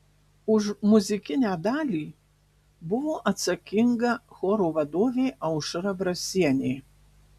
už muzikinę dalį buvo atsakinga choro vadovė aušra brasienė